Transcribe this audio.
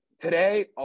Today